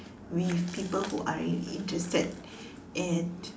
with people who I am interested in